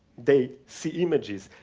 they see images.